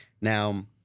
Now